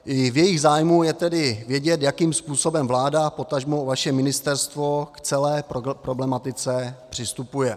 I v jejich zájmu je tedy vědět, jakým způsobem vláda, potažmo vaše ministerstvo k celé problematice přistupuje.